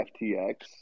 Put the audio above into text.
FTX